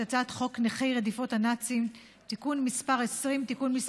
את הצעת חוק נכי רדיפות הנאצים (תיקון מס' 20) (תיקון מס'